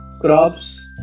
crops